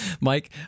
Mike